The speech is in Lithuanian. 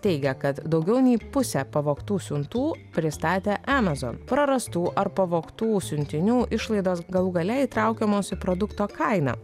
teigia kad daugiau nei pusė pavogtų siuntų pristatė amazon prarastų ar pavogtų siuntinių išlaidos galų gale įtraukiamos į produkto kainą